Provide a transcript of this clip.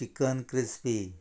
chicken crispy